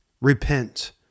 repent